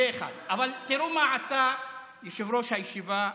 זה, 1. אבל תראו מה עשה יושב-ראש הישיבה החדש: